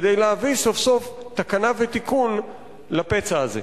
כדי להביא סוף-סוף תקנה ותיקון לפצע הזה.